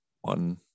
one